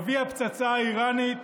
אבי הפצצה האיראנית